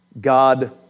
God